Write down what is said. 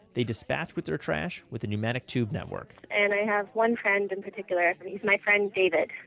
they dispatched with their trash with the pneumatic tube network. and i have one friend, in particular, and he's my friend david,